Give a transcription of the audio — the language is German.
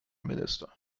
minister